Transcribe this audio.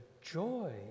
joy